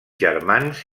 germans